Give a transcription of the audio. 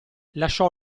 lasciò